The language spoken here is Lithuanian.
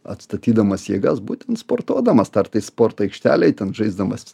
atstatydamas jėgas būtent sportuodamas tai sporto aikštelėj ten žaisdamas